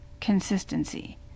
Consistency